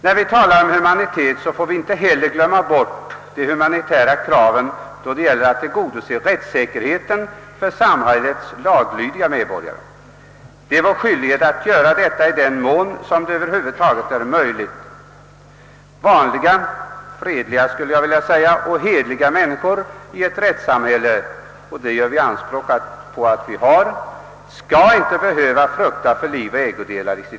När vi talar om humanitet får vi inte heller glömma bort kravet på rättssäkerhet för samhällets laglydiga medborgare. Det är vår skyldighet att tillgodose kravet på sådan rättssäkerhet i den mån det över huvud taget är möjligt. Vanliga fredliga och hederliga människor i ett rättssamhälle — och det gör vi anspråk på att ha — skall inte dagligen behöva frukta för liv och ägodelar.